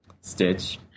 Stitch